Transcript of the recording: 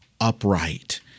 upright